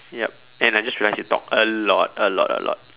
yup and I just realized you talk a lot a lot a lot